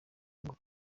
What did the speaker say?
ngo